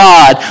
God